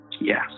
Yes